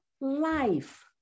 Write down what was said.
life